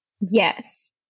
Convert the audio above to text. Yes